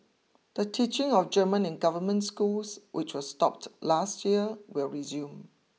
the teaching of German in government schools which was stopped last year will resume